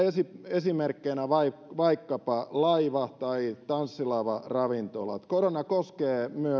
esimerkkeinä vaikkapa laiva tai tanssilavaravintolat korona koskee